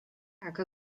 tak